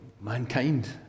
mankind